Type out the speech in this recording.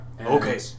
Okay